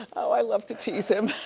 i love to tease him.